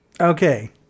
Okay